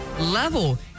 level